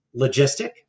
logistic